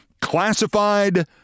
Classified